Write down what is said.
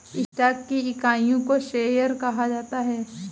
stock की इकाइयों को शेयर कहा जाता है